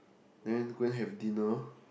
then go and have dinner